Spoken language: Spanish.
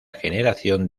generación